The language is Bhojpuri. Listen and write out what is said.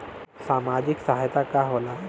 सामाजिक सहायता का होला?